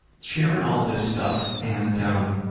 sharing all this stuff and um